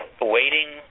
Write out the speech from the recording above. waiting